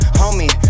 homie